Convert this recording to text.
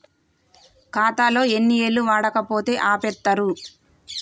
ఖాతా ఎన్ని ఏళ్లు వాడకపోతే ఆపేత్తరు?